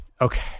Okay